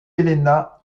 elena